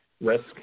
risk